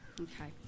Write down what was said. Okay